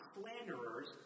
slanderers